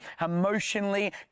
emotionally